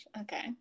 Okay